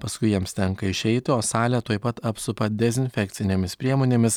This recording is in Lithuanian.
paskui jiems tenka išeiti o salę tuoj pat apsupa dezinfekcinėmis priemonėmis